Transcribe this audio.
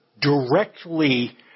directly